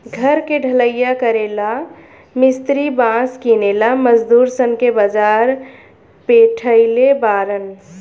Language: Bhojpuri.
घर के ढलइया करेला ला मिस्त्री बास किनेला मजदूर सन के बाजार पेठइले बारन